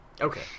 Okay